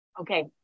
Okay